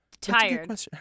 Tired